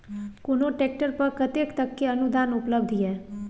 कोनो ट्रैक्टर पर कतेक तक के अनुदान उपलब्ध ये?